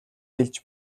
хэлж